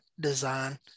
design